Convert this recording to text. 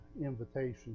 invitation